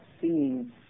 seeing